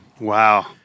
Wow